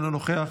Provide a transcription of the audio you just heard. אינו נוכח,